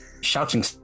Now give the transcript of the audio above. shouting